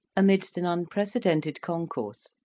amidst an unprecedented concourse,